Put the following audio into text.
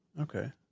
Okay